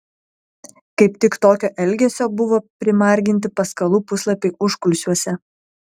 kaip tik tokio elgesio buvo primarginti paskalų puslapiai užkulisiuose